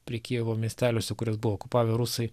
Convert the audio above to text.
prie kijevo miesteliuose kuriuos buvo okupavę rusai